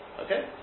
Okay